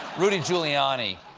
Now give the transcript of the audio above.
rudy giuliani.